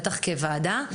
בטח כוועדה,